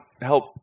help